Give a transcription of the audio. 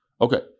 Okay